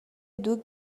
دوگ